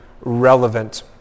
relevant